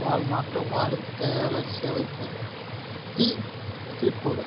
வால்மார்ட்டோட வாடிக்கையாளர் சேவை பத்தி ட்வீட் போடு